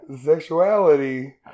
Sexuality